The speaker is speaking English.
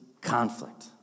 conflict